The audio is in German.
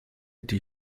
die